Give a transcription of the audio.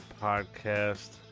Podcast